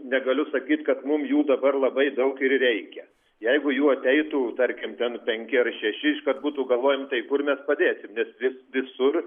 negaliu sakyt kad mum jų dabar labai daug ir reikia jeigu jų ateitų tarkim ten penki ar šeši iškart būtų galvojam tai kur mes padėsim nes vis visur